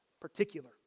particular